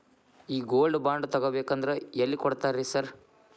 ಈ gold bond ತಗಾಬೇಕಂದ್ರ ಎಲ್ಲಿ ಕೊಡ್ತಾರ ರೇ ಸಾರ್?